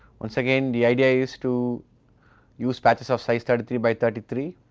once again the idea is to use patches of size thirty three by thirty three,